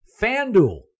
FanDuel